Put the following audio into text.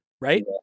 right